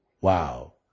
Wow